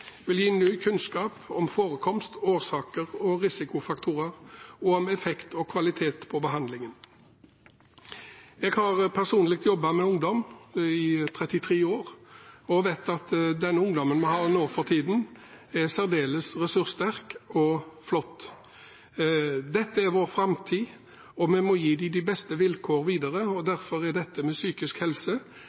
vil gi ny kunnskap om forekomst, årsaker og risikofaktorer og om effekt av og kvalitet på behandlingen. Jeg har personlig jobbet med ungdom i 33 år og vet at den ungdommen vi har nå for tiden, er særdeles ressurssterk og flott. De er vår framtid, og vi må gi dem de beste vilkår videre. Derfor er dette med psykisk helse